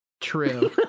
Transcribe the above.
true